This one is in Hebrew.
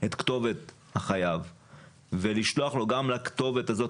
את כתובת החייב ולשלוח לו גם לכתובת הזאת,